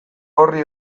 horri